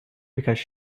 because